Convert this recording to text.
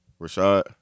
Rashad